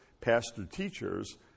pastor-teachers